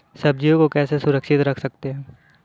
सब्जियों को कैसे सुरक्षित रख सकते हैं?